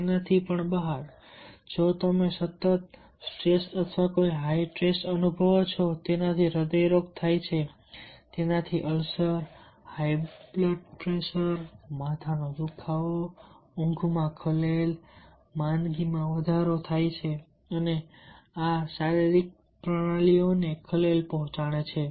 તેનાથી પણ બહાર અને જો તમે સતત સ્ટ્રેસ અથવા હાઈ સ્ટ્રેસ અનુભવો છો તો તેનાથી હ્રદય રોગ થાય છે તેનાથી અલ્સર હાઈ બ્લડ પ્રેશર માથાનો દુખાવો ઊંઘમાં ખલેલ માંદગીમાં વધારો થાય છે અને આ શારીરિક પ્રણાલીઓને ખલેલ પહોંચાડે છે